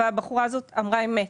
והבחורה הזאת אמרה אמת.